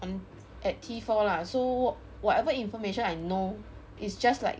um at T four lah so whatever information I know it's just like